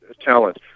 talent